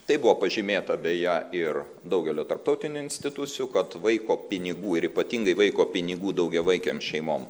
tai buvo pažymėta beje ir daugelio tarptautinių institucijų kad vaiko pinigų ir ypatingai vaiko pinigų daugiavaikėm šeimom